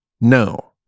No